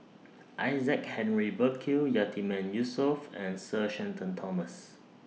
Isaac Henry Burkill Yatiman Yusof and Sir Shenton Thomas